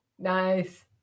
Nice